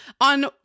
on